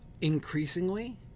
increasingly